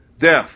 death